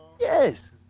yes